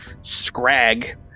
scrag